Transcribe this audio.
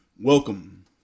Welcome